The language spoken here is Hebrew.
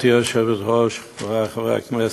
גברתי היושבת-ראש, חברי חברי הכנסת,